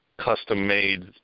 custom-made